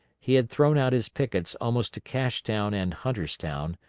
he had thrown out his pickets almost to cashtown and hunterstown,